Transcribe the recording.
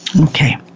Okay